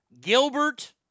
Gilbert